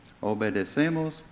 Obedecemos